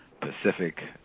Pacific